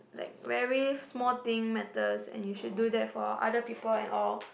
like very small thing matters and you should do that for other people and all